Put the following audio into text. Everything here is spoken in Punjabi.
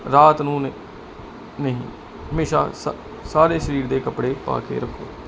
ਰਾਤ ਨੂੰ ਨਹੀਂ ਹਮੇਸ਼ਾ ਸਾਰੇ ਸਰੀਰ ਦੇ ਕੱਪੜੇ ਪਾ ਕੇ ਰੱਖੇ